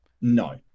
No